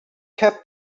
kept